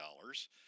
dollars